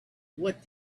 what